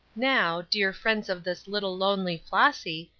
now, dear friends of this little lonely flossy,